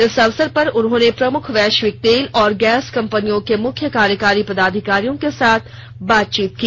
इस अवसर पर उन्होंने प्रमुख वैश्विक तेल और गैस कंपनियों के मुख्य कार्यकारी पदाधिकारियों के साथ बातचीत की